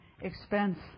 expense